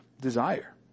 desire